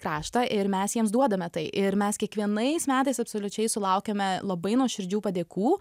kraštą ir mes jiems duodame tai ir mes kiekvienais metais absoliučiai sulaukiame labai nuoširdžių padėkų